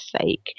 sake